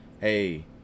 hey